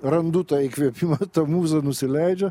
randu tą įkvėpimą ta mūza nusileidžia